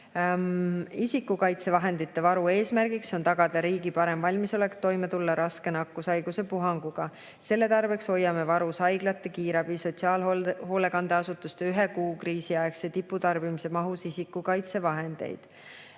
Isikukaitsevahendite varu eesmärk on tagada riigi parem valmisolek selleks, et toime tulla raske nakkushaiguse puhanguga. Selle tarbeks hoiame varus haiglate, kiirabi, sotsiaalhoolekandeasutuste ühe kuu kriisiaegse tipptarbimise mahus isikukaitsevahendeid.